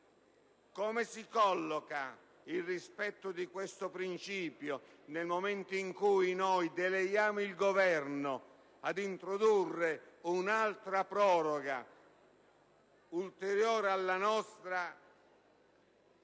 come si collochi il rispetto di questo principio nel momento in cui deleghiamo il Governo ad introdurre un'altra proroga, ulteriore alla nostra, al